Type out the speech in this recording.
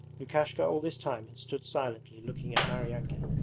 lukishka all this time had stood silently looking at maryanka.